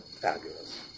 fabulous